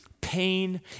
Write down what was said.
pain